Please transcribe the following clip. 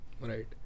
Right